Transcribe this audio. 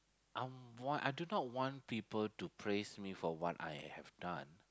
I'm want I do not want people to praise me for what I have done